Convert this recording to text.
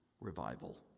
revival